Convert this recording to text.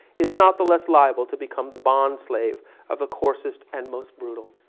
is not the less liable to become the bond slave of a coarsest and most brutal.